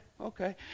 okay